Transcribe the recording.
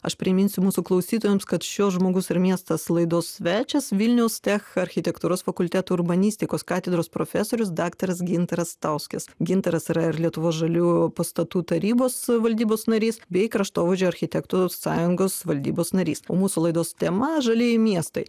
aš priminsiu mūsų klausytojams kad šio žmogus ir miestas laidos svečias vilniaus tech architektūros fakulteto urbanistikos katedros profesorius daktaras gintaras stauskis gintaras yra ir lietuvos žalių pastatų tarybos valdybos narys bei kraštovaizdžio architektų sąjungos valdybos narys o mūsų laidos tema žalieji miestai